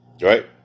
Right